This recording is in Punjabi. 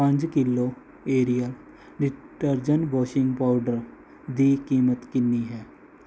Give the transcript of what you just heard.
ਪੰਜ kilo Ariel detergent washing powder ਦੀ ਕੀਮਤ ਕਿੰਨੀ ਹੈ